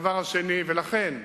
לכן,